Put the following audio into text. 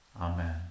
Amen